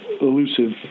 elusive